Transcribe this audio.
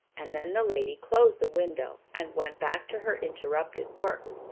and then the lady closed the window and went back to her interrupted work.